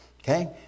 Okay